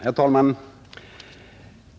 Herr talman!